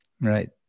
Right